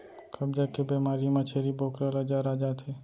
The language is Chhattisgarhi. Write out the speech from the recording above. कब्ज के बेमारी म छेरी बोकरा ल जर आ जाथे